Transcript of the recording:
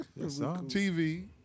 TV